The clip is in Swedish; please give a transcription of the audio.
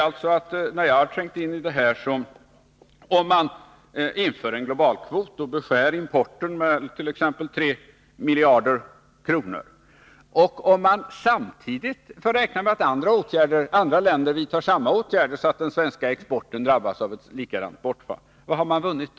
Om vi inför en globalkvot och beskär importen med 3 miljarder kronor, samtidigt som vi får räkna med att andra länder vidtar samma åtgärder så att den svenska exporten drabbas av ett liknande bortfall, vad har vi då vunnit?